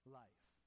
life